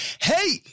Hey